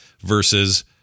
versus